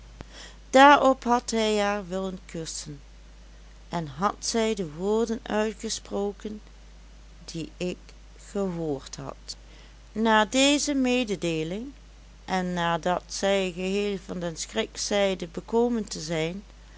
daarop had hij haar willen kussen en had zij de woorden uitgesproken die ik gehoord had na deze mededeeling en nadat zij geheel van den schrik zeide bekomen te zijn